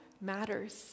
matters